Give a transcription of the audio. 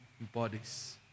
bodies